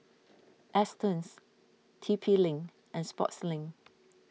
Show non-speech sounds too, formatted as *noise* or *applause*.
*noise* Astons T P link and Sportslink *noise*